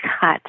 cut